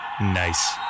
Nice